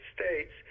States